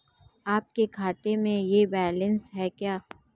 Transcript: आपके खाते में यह बैलेंस है क्या?